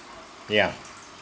yeah